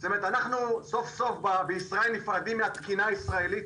אנחנו סוף סוף בישראל נפרדים מתקינה הישראלית